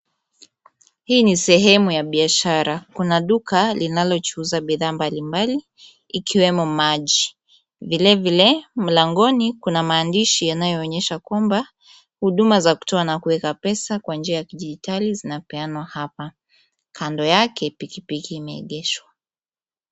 Hii ni sehemu ya biashara, kuna duka linalochuuza bidhaa mbalimbali, ikiwemo maji, vilevile mlangoni kuna maandishi yanayoonyesha kwamba huduma za kutoa na kuweka pesa kwa njia ya kidijitali zinapeanwa hapa, kando yake pikipiki imeegeshwa.